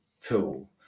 tool